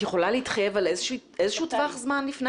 את יכולה להתחייב על איזה שהוא טווח זמן בפני